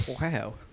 wow